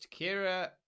Kira